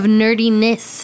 nerdiness